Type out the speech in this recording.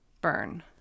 Burn